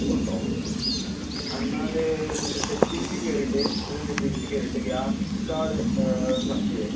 ഉണ്ടോ എന്നാല് മറ്റേ സെറ്റിങ്സില് കയറിയിട്ട് സിസ്റ്റത്തിൻ്റെ സെറ്റിങ്സില് കയറിയിട്ട് ഗ്രാഫിക്സ് കാർഡ് ഒന്ന് സെർച്ച് ചെയ്തേ